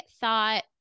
thought